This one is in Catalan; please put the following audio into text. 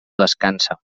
descansa